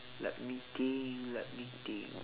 let me think let me think